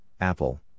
Apple